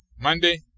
Monday